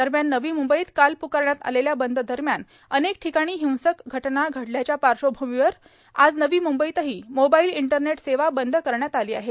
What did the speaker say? दरम्यान नवी मुंबईत काल पुकारण्यात आलेल्या बंद दरम्यान अनेक ठिकाणी हिंसक घटना घडल्याच्या पार्श्वभूमीवर आज नवी मुंबईतही मोबाईल इंटरनेट सेवा बंद करण्यात आली आहे